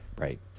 right